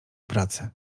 pracy